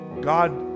God